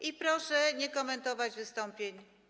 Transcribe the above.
I proszę nie komentować wystąpień.